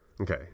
Okay